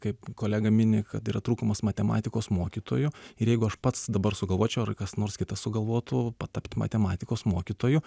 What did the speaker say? kaip kolega mini kad yra trūkumas matematikos mokytojų ir jeigu aš pats dabar sugalvočiau ar kas nors kitas sugalvotų patapti matematikos mokytoju